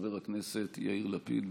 חבר הכנסת יאיר לפיד,